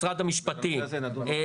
משרד המשפטים,